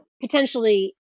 potentially